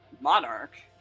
monarch